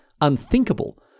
unthinkable